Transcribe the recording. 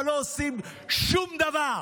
אבל לא עושים שום דבר.